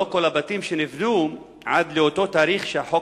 לא כל הבתים שנבנו עד לאותו תאריך שהחוק